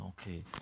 okay